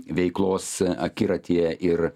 veiklos akiratyje ir